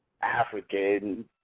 African